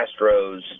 Astros